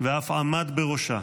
ואף עמד בראשה.